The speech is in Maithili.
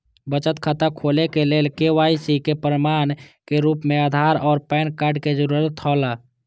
बचत खाता खोले के लेल के.वाइ.सी के प्रमाण के रूप में आधार और पैन कार्ड के जरूरत हौला